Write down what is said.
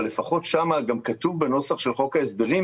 אבל לפחות שמה גם כתוב בנוסח של חוק ההסדרים,